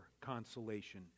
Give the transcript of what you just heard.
consolation